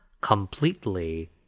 Completely